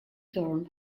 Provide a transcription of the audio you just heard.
dorm